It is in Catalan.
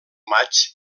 matx